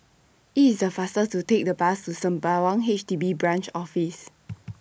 IT IS The faster to Take The Bus to Sembawang H D B Branch Office